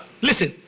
Listen